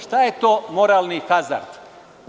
Šta je to moralni hazard?